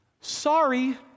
Sorry